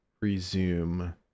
resume